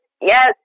yes